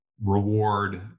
reward